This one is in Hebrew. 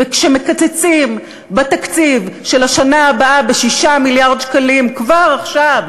וכשמקצצים בתקציב של השנה הבאה ב-6 מיליארד שקלים כבר עכשיו,